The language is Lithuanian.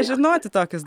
žinoti tokius